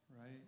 right